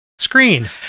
screen